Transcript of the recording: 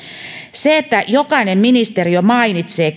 se että jokainen ministeriö mainitsee